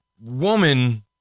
woman